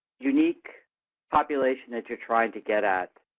unique population that you are trying to get at,